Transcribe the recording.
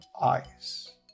eyes